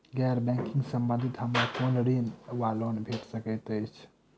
गैर बैंकिंग संबंधित हमरा केँ कुन ऋण वा लोन भेट सकैत अछि?